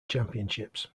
championships